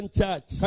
church